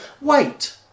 wait